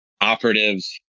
operatives